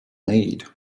need